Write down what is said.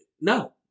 no